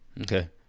Okay